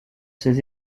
ces